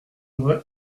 vrai